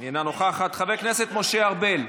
אינה נוכחת, חבר הכנסת משה ארבל,